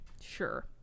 Sure